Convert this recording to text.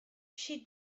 she